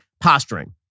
posturing